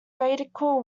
radical